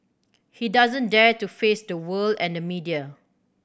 he doesn't dare to face the world and the media